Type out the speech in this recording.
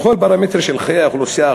בכל פרמטר של חיי האוכלוסייה,